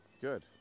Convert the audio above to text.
Good